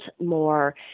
more